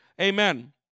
Amen